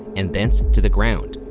and thence to the ground,